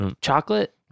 Chocolate